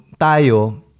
tayo